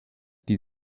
die